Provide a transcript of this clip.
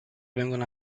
vengono